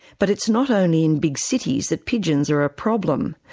but it's not only in big cities that pigeons are a problem.